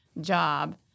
job